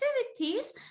activities